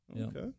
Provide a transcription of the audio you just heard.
Okay